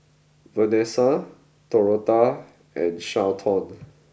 Venessa Dorotha and Carleton